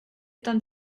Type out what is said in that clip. done